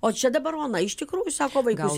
o čia dabar ona iš tikrųjų sako vaikus